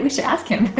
um so ask him.